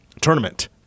tournament